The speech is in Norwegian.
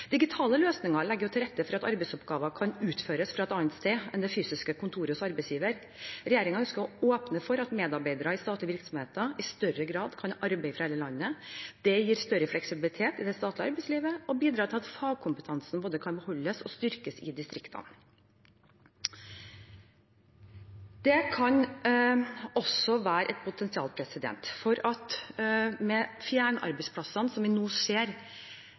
Digitale løsninger legger til rette for at arbeidsoppgaver kan utføres fra et annet sted enn det fysiske kontoret hos arbeidsgiver. Regjeringen ønsker å åpne for at medarbeidere i statlige virksomheter i større grad kan arbeide fra hele landet. Det gir større fleksibilitet i det statlige arbeidslivet og bidrar til at fagkompetanse både kan beholdes og styrkes i distriktene. Det kan også være et potensial for at fjernarbeidsplassene som vi nå ser